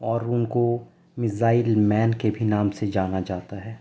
اور ان کو میزائل مین کے بھی نام سے جانا جاتا ہے